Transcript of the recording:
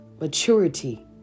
maturity